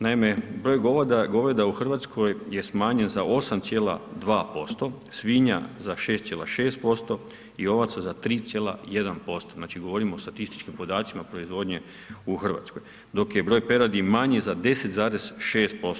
Naime, broj goveda u Hrvatskoj je smanjen za 8,2%, svinja za 6,6% i ovaca za 3,1%, znači govorimo o statističkim podacima proizvodnje u Hrvatskoj, dok je broj peradi manji za 10,6%